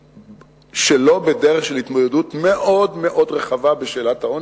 שלא בדרך של התמודדות מאוד מאוד רחבה בשאלת העוני?